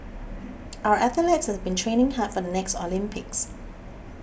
our athletes have been training hard for the next Olympics